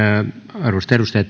arvoisat edustajat